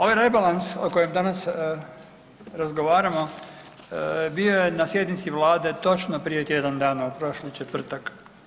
Ovaj rebalans o kojem danas razgovaramo bio je na sjednici Vlade točno prije tjedan dana u prošli četvrtak.